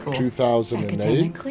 2008